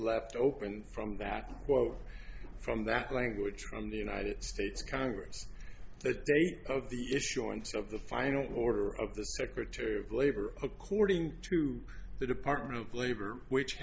left open from that quote from that language from the united states congress that date of the issuance of the final order of the secretary of labor according to the department of labor which